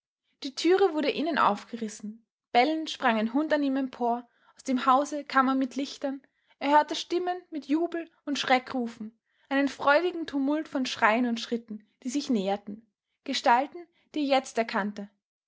die türe wurde innen aufgerissen bellend sprang ein hund an ihm empor aus dem hause kam man mit lichtern er hörte stimmen mit jubel und schreck rufen einen freudigen tumult von schreien und schritten die sich näherten gestalten die er jetzt erkannte